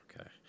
Okay